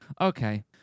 Okay